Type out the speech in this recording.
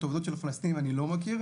את העובדות של הפלסטינים אני לא מכיר.